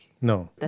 No